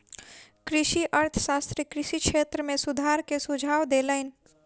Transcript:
कृषि अर्थशास्त्री कृषि क्षेत्र में सुधार के सुझाव देलैन